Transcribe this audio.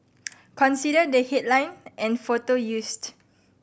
consider the headline and photo used